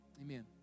Amen